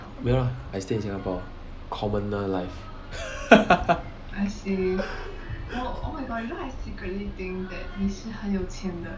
没有 lah I stay in singapore commoner life